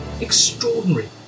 Extraordinary